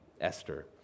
Esther